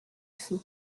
feu